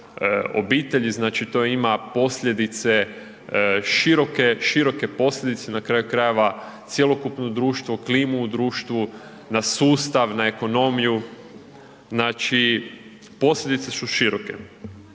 obitelji, znači to ima posljedice široke posljedice, na kraju krajeva cjelokupno društvo, klimu u društvu, na sustav, na ekonomiju. Znači posljedice su široke.